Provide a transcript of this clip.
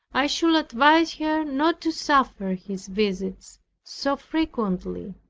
i should advise her not to suffer his visits so frequently.